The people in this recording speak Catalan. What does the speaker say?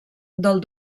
del